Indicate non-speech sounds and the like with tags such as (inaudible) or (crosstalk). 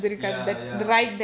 (noise) ya ya